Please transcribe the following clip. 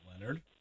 Leonard